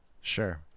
Sure